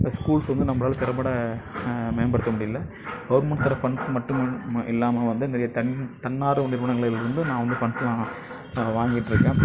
இப்போ ஸ்கூல்ஸ் வந்து நம்மளால திறம்பட மேம்படுத்த முடியல கவர்மெண்ட் தர ஃபண்ட்ஸ் மட்டும் இல்லாமல் வந்து நிறைய தன் தன்னார்வ நிறுவனங்களிலிருந்து நான் வந்து ஃபண்ட்ஸ்லாம் வாங்கிகிட்ருக்கேன்